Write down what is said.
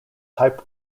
type